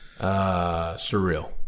Surreal